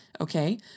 Okay